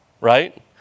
Right